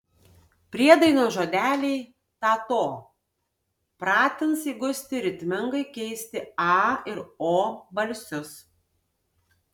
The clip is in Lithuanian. priedainio žodeliai ta to pratins įgusti ritmingai keisti a ir o balsius